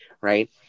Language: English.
right